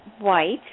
White